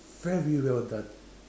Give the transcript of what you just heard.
very well done